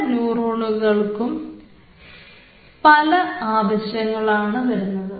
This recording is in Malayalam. പല ന്യൂറോണുകൾക്കുംപല പല ആവശ്യങ്ങളാണ് വരുന്നത്